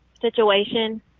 situation